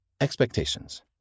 Expectations